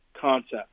concept